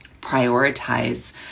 prioritize